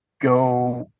go